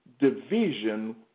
division